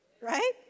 Right